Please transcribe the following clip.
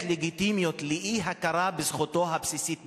לגיטימיות לאי-הכרה בזכותו הבסיסית לחינוך.